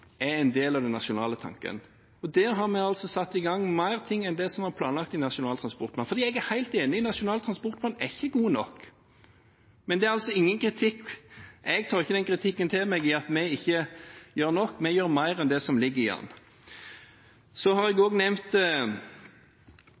er en del av den nasjonale tanken. Der har vi altså satt i gang mer enn det som var planlagt i Nasjonal transportplan. For jeg er helt enig, Nasjonal transportplan er ikke god nok. Men det er altså ingen kritikk. Jeg tar ikke den kritikken til meg at vi ikke gjør nok. Vi gjør mer enn det som ligger i planen. Så har vi nevnt